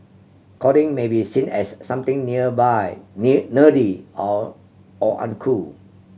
coding may be seen as something nearby near nerdy or or uncool